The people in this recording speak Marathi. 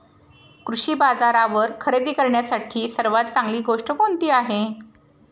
कृषी बाजारावर खरेदी करण्यासाठी सर्वात चांगली गोष्ट कोणती आहे?